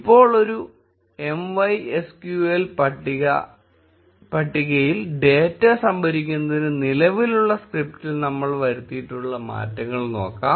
ഇപ്പോൾ ഒരു MySQL പട്ടികയിൽ ഡേറ്റ സംഭരിക്കുന്നതിന് നിലവിലുള്ള സ്ക്രിപ്റ്റിൽ നമ്മൾ വരുത്തിയിട്ടുള്ള മാറ്റങ്ങൾ നോക്കാം